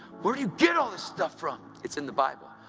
where do you get all this stuff from? it's in the bible.